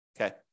Okay